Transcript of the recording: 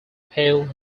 pale